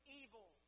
evil